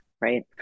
right